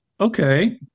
okay